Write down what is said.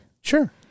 Sure